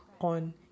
on